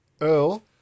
Earl